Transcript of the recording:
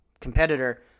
competitor